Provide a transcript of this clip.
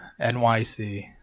nyc